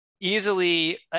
easily